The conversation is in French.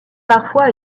parfois